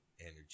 energy